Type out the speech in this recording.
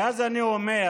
ואז אני אומר: